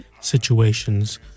situations